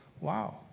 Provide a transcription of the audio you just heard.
Wow